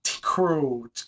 crew